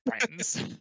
friends